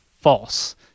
false